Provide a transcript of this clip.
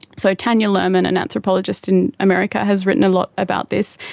so tanya luhrmann, an anthropologist in america, has written a lot about this,